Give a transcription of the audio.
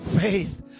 faith